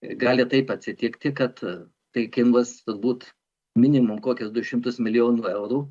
gali taip atsitikti kad taikingus turbūt minimum kokius du šimtus milijonų eurų